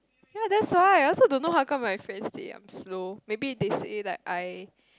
ya that's why I also don't know how come my friend say I am slow maybe that say like I